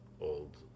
old